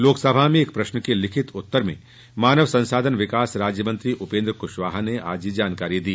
लोकसभा में एक प्रश्न के लिखित उत्तर में मानव संसाधन विकास राज्य मंत्री उपेंद्र कृशवाहा ने आज यह जानकारी दी